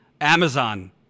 Amazon